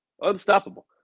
Unstoppable